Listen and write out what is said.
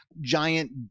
giant